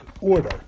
order